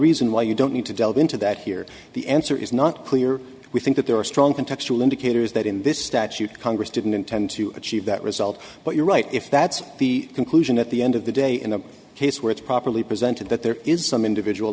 reason why you don't need to delve into that here the answer is not clear we think that there are strong contextual indicators that in this statute congress didn't intend to achieve that result but you're right if that's the conclusion at the end of the day in a case where it's properly presented that there is some individual